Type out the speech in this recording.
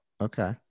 Okay